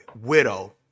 widow